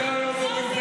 שלא יהיו הורים,